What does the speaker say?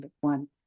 one